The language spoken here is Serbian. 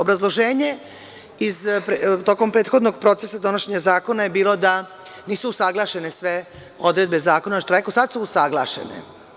Obrazloženje tokom prethodnog procesa donošenja zakona je bilo da nisu usaglašene sve odredbe zakona, a sad su usaglašene.